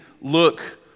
look